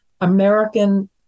American